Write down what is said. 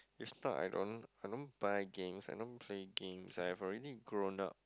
it's not I don't I don't buy games I don't play games I have already grown up